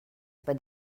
über